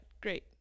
great